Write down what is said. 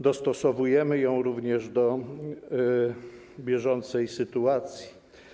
Dostosowujemy ją również do bieżącej sytuacji.